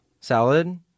salad